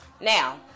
Now